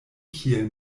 kiel